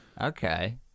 Okay